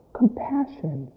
compassion